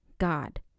God